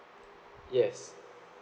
yes